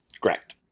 correct